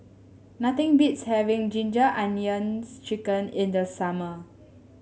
nothing beats having Ginger Onions chicken in the summer